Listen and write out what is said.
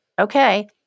Okay